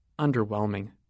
underwhelming